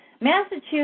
Massachusetts